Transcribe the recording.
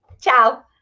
Ciao